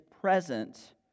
present